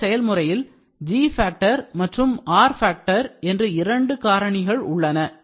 இந்த செயல்முறையில் G factor and R factor என்று இரண்டு காரணிகள் உள்ளன